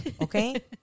Okay